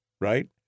right